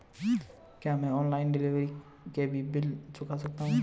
क्या मैं online delivery के भी बिल चुकता कर सकता हूँ?